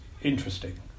interesting